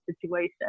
situation